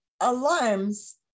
alarms